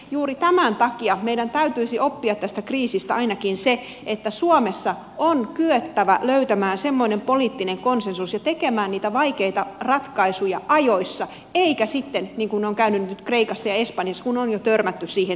juuri tämän takia meidän täytyisi oppia tästä kriisistä ainakin se että suomessa on kyettävä löytämään semmoinen poliittinen konsensus ja tekemään niitä vaikeita ratkaisuja ajoissa eikä sitten niin kuin on käynyt nyt kreikassa ja espanjassa kun on jo törmätty siihen tiilimuuriin